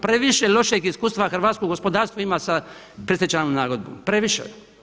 Previše lošeg iskustva hrvatsko gospodarstvo ima sa predstečajnom nagodbom, previše.